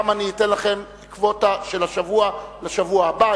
גם אני אתן לכם קווטה של השבוע לשבוע הבא,